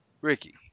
Ricky